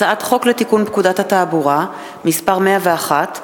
הצעת חוק לתיקון פקודת התעבורה (מס' 101)